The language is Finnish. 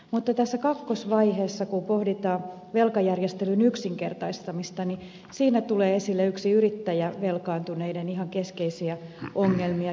mutta tässä kakkosvaiheessa kun pohditaan velkajärjestelyn yksinkertaistamista tulee esille yksi yrittäjävelkaantuneiden ihan keskeisiä ongelmia